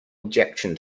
objection